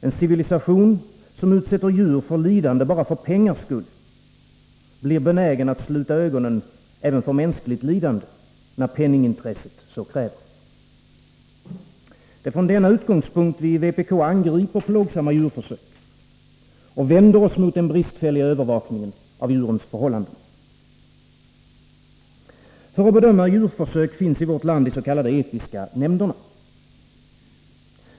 En civilisation som utsätter djur för lidande bara för pengars skull blir benägen att sluta ögonen även för mänskligt lidande, när penningintresset så kräver. Det är från denna utgångspunkt vi i vpk angriper plågsamma djurförsök och vänder oss mot den bristfälliga övervakningen av djurens förhållanden. För att bedöma djurförsök finns i vårt land des.k. etiska nämnderna.